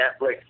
Netflix